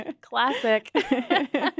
Classic